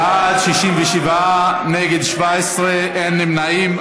בעד, 67, נגד, 17, אין נמנעים.